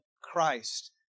Christ